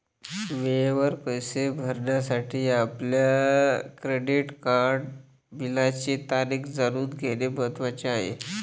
वेळेवर पैसे भरण्यासाठी आपल्या क्रेडिट कार्ड बिलाची तारीख जाणून घेणे महत्वाचे आहे